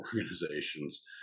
organizations